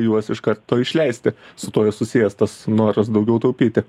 juos iš karto išleisti su tuo susijęs tas noras daugiau taupyti